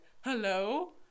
hello